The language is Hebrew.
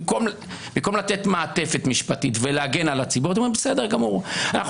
במקום לתת מעטפת משפטית ולהגן על הציבור, אתם